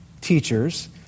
teachers